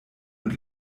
und